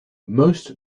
most